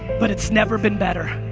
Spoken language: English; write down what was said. but it's never been better.